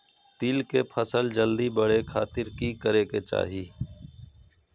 तिल के फसल जल्दी बड़े खातिर की करे के चाही?